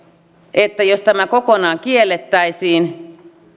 että jos tämä kokonaan kiellettäisiin